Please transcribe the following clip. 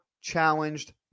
challenged